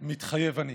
מתחייב אני.